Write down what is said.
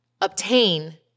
obtain